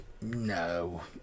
no